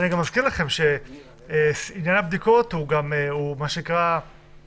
אני מזכיר גם שהבדיקות הן עזרה ראשונה.